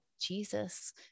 Jesus